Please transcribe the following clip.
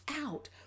out